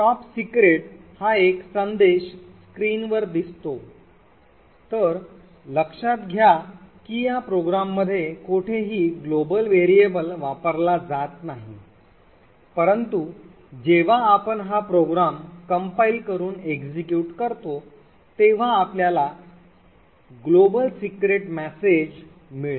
Top secret हा एक संदेश स्क्रीनवर दिसतो तर लक्षात घ्या की या प्रोग्राममध्ये कोठेही ग्लोबल व्हेरिएबल वापरला जात नाही परंतु जेव्हा आपण हा प्रोग्रॅम कंपाईल करून execute करतो तेव्हा आपल्याला जागतिक गुप्तता संदेश मिळेल